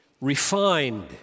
refined